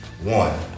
one